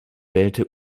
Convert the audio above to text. wählte